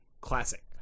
classic